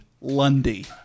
Lundy